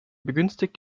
begünstigt